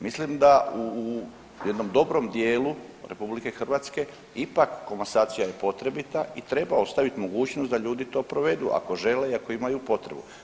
Mislim da u jednom dobrom dijelom RH ipak komasacija je potrebita i treba ostaviti mogućnost da ljudi to provedu ako žele i ako imaju potrebu.